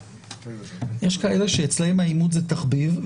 יש כאלה שאצלם העימות זה תחביב,